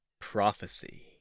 Prophecy